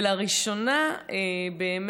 לראשונה אני,